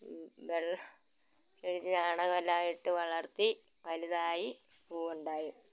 വെള്ളം ഒഴിച്ച് ചാണകമെല്ലാം ഇട്ട് വളർത്തി വലുതായി പൂവ് ഉണ്ടായി